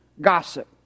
gossip